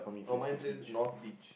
or mine say it's north beach